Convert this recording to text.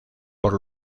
por